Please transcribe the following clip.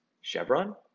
Chevron